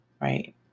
right